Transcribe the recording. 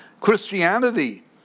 Christianity